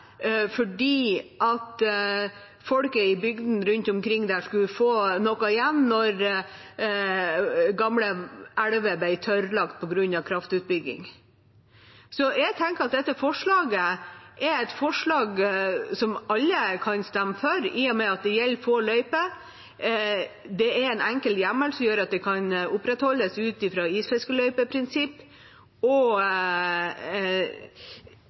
fordi folk i bygdene rundt omkring skulle få noe igjen når gamle elver ble tørrlagt på grunn av kraftutbygging. Jeg tenker at dette forslaget er et forslag som alle kan stemme for, i og med at det gjelder få løyper, det er en enkel hjemmel som gjør at de kan opprettholdes ut